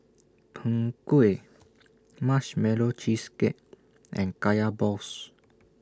Png Kueh Marshmallow Cheesecake and Kaya Balls